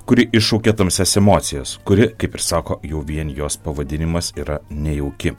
kuri iššaukia tamsias emocijas kuri kaip ir sako jau vien jos pavadinimas yra nejauki